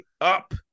up